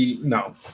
no